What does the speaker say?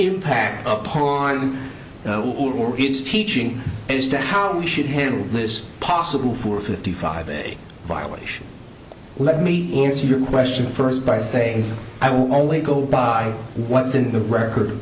impact upon or its teaching as to how we should handle this possible four fifty five violation let me into your question first by saying i will only go by what's in the record